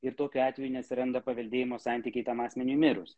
ir tokiu atveju neatsiranda paveldėjimo santykiai tam asmeniui mirus